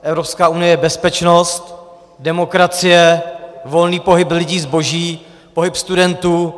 Evropská unie je bezpečnost, demokracie, volný pohyb lidí, zboží, pohyb studentů.